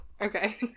Okay